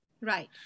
right